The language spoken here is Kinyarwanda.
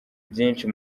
byinshi